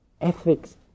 ethics